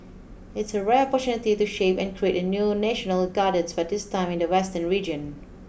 it's a rare opportunity to shape and create a new national gardens but this time in the western region